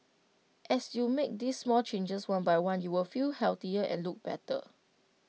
as you make these small changes one by one you will feel healthier and look better